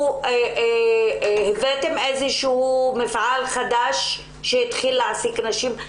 הבאתם איזשהו מפעל חדש שהתחיל להעסיק נשים?